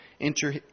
Enter